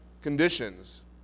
conditions